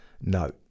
No